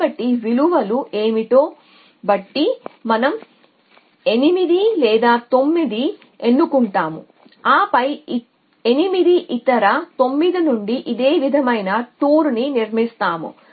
కాబట్టి విలువలు ఏమిటో బట్టి మనం 8 లేదా 9 ని ఎన్నుకుంటాము ఆపై 8 ఇతర 9 నుండి ఇదే విధమైన టూర్ను నిర్మిస్తాము